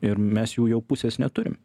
ir mes jų jau pusės neturim